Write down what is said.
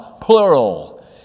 plural